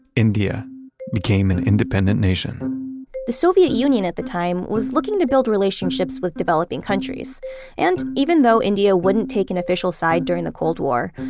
india became an independent nation the soviet union at the time was looking to build relationships with developing countries and even though india wouldn't take an official side during the cold war,